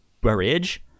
bridge